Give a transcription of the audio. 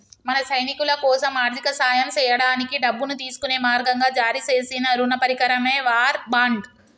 మన సైనికులకోసం ఆర్థిక సాయం సేయడానికి డబ్బును తీసుకునే మార్గంగా జారీ సేసిన రుణ పరికరమే వార్ బాండ్